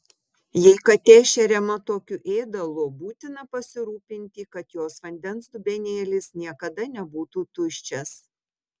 jei katė šeriama tokiu ėdalu būtina pasirūpinti kad jos vandens dubenėlis niekada nebūtų tuščias